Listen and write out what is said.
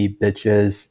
bitches，